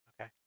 okay